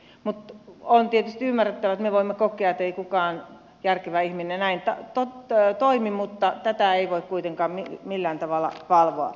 on tietysti ymmärrettävää että me voimme kokea että ei kukaan järkevä ihminen näin toimi mutta tätä ei voi kuitenkaan millään tavalla valvoa